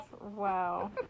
wow